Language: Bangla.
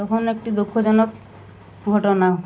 তখন একটি দুঃখজনক ঘটনা